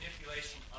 manipulation